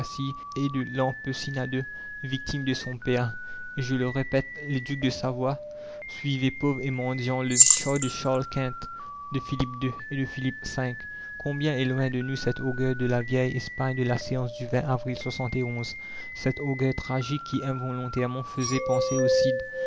riego de lacy et de l'empecinado victimes de son père et je le répète les ducs de savoie suivaient pauvres et mendiants le char de charles-quint de philippe ii et de philippe v combien est loin de nous cet orgueil de la vieille espagne de la séance du avril cet orgueil tragique qui involontairement faisait penser au